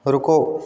ਰੁਕੋ